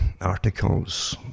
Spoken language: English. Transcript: articles